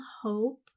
hope